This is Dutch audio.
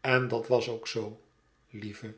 en dat was ook zoo lieve